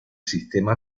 sistema